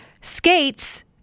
skates